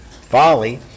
Folly